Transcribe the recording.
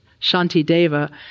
Shantideva